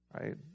right